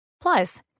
Plus